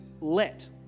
let